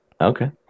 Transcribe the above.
Okay